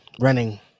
Running